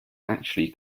actually